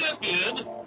champion